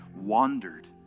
wandered